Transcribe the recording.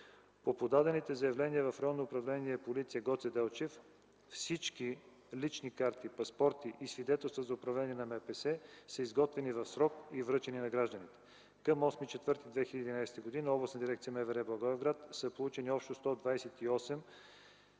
По подадените заявления в Районно управление „Полиция” – Гоце Делчев, всички лични карти, паспорти и свидетелства за управление на МПС са изготвени в срок и връчени на гражданите. Към 8.04.2011 г. в Областна дирекция на МВР – Благоевград, са получени общо 128